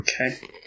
Okay